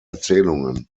erzählungen